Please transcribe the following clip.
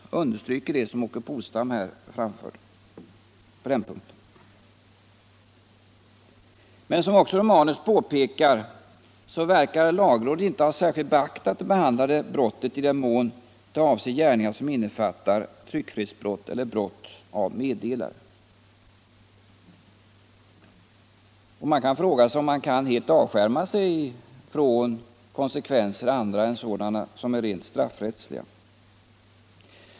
Jag understryker det som herr Polstam här framfört på den punkten. Men som också justitierådet Romanus påpekar verkar lagrådet inte ha särskilt beaktat det behandlade brottet i den mån det avser gärningar som innefattar tryckfrihetsbrott eller brott av meddelare. Kan man verkligen helt avskilja sig från konsekvenser andra än sådana som är rent straffrättsliga?